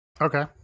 Okay